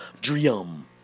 Dream